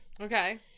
Okay